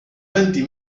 venti